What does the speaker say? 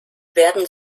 werden